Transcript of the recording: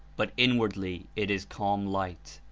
but inwardly it is calm light.